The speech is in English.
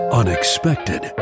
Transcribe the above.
unexpected